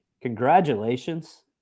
Congratulations